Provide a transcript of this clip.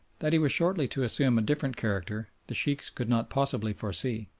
that he was shortly to assume a different character the sheikhs could not possibly foresee.